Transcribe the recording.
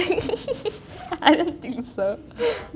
I don't think so